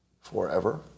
forever